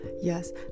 Yes